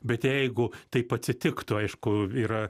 bet jeigu taip atsitiktų aišku yra